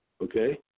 okay